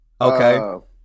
Okay